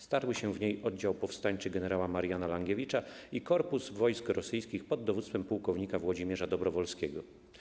Starły się w niej oddział powstańczy gen. Mariana Langiewicza i korpus wojsk rosyjskich pod dowództwem płk. Włodzimierza Dobrowolskiego.